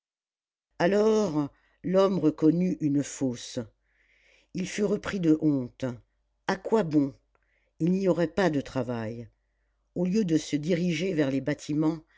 alors l'homme reconnut une fosse il fut repris de honte à quoi bon il n'y aurait pas de travail au lieu de se diriger vers les bâtiments